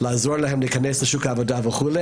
לעזור להם להיכנס לשוק העבודה וכו',